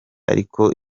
ariko